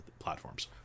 platforms